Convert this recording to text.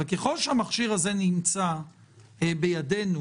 אבל ככל שהמכשיר הזה נמצא בידינו,